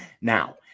Now